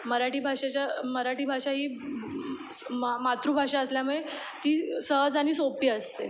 मराठी भाषेच्या मराठी भाषा ही मा मातृभाषा असल्यामुळे ती सहज आणि सोपी असते